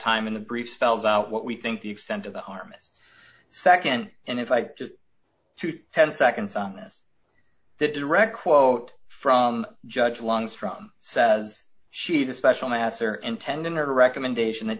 time in the brief spells out what we think the extent of the harm it nd and if i just to ten seconds on this the direct quote from judge long from says she the special master intended her recommendation that